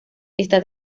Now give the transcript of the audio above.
está